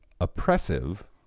oppressive